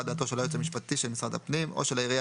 דעתו של היועץ המשפטי של משרד הפנים או של העירייה,